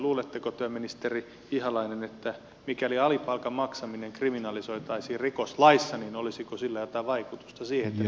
luuletteko työministeri ihalainen että mikäli alipalkan maksaminen kriminalisoitaisiin rikoslaissa niin sillä olisi jotain vaikutusta siihen ettei näin enää kävisi